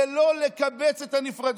ולא לקבץ את הנפרדים.